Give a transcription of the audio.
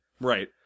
right